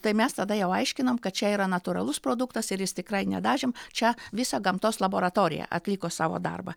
tai mes tada jau aiškinom kad čia yra natūralus produktas ir jis tikrai nedažėm čia visa gamtos laboratorija atliko savo darbą